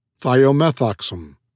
Thiomethoxam